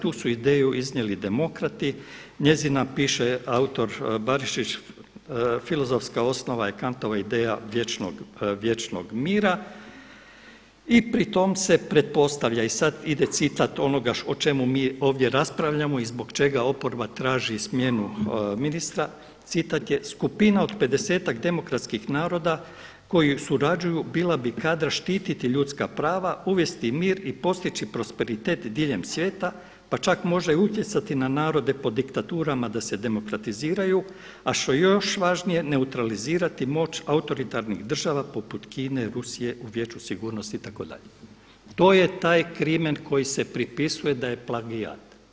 Tu su ideju iznijeli demokrati, njezin autor Barišić piše filozofska osoba je Kantova ideja vječnog mira i pri tome se pretpostavlja, i sad ide citat onoga o čemu mi ovdje raspravljamo i zbog čega oporba traži smjenu ministra, citat je „Skupina od pedesetak demokratskih naroda koji surađuju bila bi kadra štititi ljudska prava, uvesti mir i postići prosperitet diljem svijeta pa čak možda i utjecati na narode po diktaturama da se demokratiziraju a što je još važnije neutralizirati moć autoritarnih država poput Kine, Rusije u Vijeću sigurnosti itd.“ To je taj krimen koji se pripisuje daje plagijat.